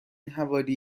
حوالی